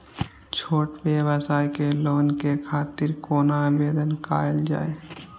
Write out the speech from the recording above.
छोट व्यवसाय के लोन के खातिर कोना आवेदन कायल जाय?